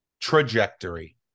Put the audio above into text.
trajectory